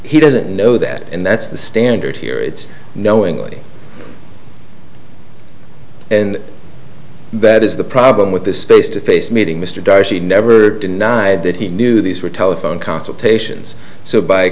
he doesn't know that and that's the standard here it's knowingly and that is the problem with this face to face meeting mr darcy never denied that he knew these were telephone consultations so by